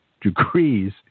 degrees